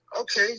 okay